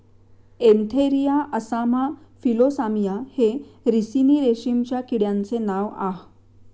Antheraea असामा फिलोसामिया हे रिसिनी रेशीमच्या किड्यांचे नाव आह